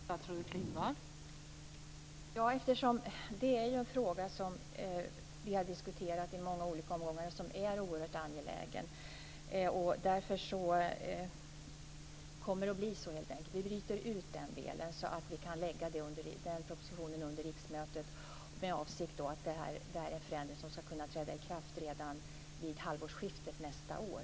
Fru talman! Ja, eftersom det är en fråga som vi har diskuterat i många olika omgångar och som är oerhört angelägen. Därför kommer det helt enkelt att bli så. Vi bryter ut den delen så att vi kan lägga fram den propositionen under riksmötet med avsikt att den här förändringen ska kunna träda i kraft redan vid halvårsskiftet nästa år.